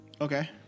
Okay